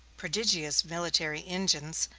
prodigious military engines,